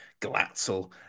Glatzel